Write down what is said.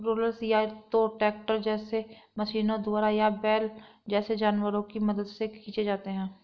rollers या तो tractor जैसे मशीनों द्वारा या बैल जैसे जानवरों की मदद से खींचे जाते हैं